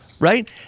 right